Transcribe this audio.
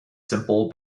simple